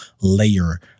layer